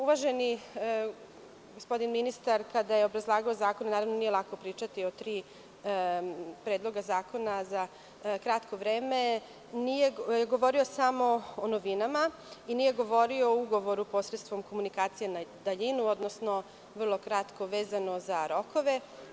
Uvaženi gospodin ministar kada je obrazlagao zakon, nije lako pričati o tri predloga zakona za kratko vreme, nije govorio samo o novinama i nije govorio o ugovoru posredstvom komunikacija na daljinu, odnosno vrlo kratko vezano za rokove.